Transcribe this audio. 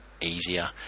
easier